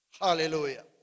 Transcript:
hallelujah